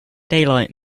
daylight